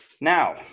Now